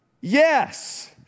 Yes